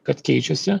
kad keičiasi